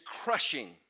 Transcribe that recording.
crushing